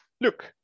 look